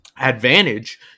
advantage